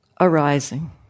arising